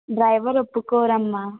driver ఒప్పుకోరమ్మా